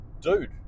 dude